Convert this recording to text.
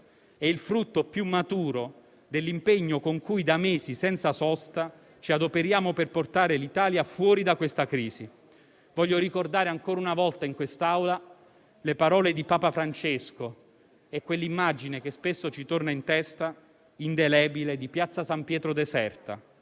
È il frutto più maturo dell'impegno con cui da mesi, senza sosta, ci adoperiamo per portare l'Italia fuori da questa crisi. Voglio ricordare ancora una volta in quest'Aula le parole di Papa Francesco e quell'immagine indelebile, che spesso ci torna in testa, di piazza San Pietro deserta.